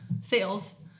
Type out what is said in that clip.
sales